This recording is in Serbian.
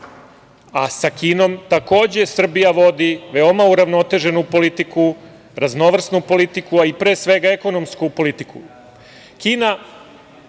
Sa Kinom, takođe, Srbija vodi veoma uravnoteženu politiku, raznovrsnu politiku, a i, pre svega, ekonomsku politiku. Kina,